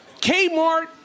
Kmart